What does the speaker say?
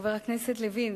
חבר הכנסת לוין,